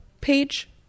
page